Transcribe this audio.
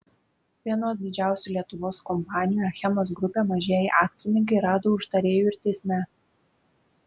vienos didžiausių lietuvos kompanijų achemos grupė mažieji akcininkai rado užtarėjų ir teisme